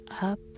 up